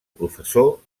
professor